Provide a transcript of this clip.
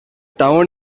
town